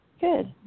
Good